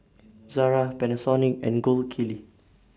Zara Panasonic and Gold Kili